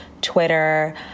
Twitter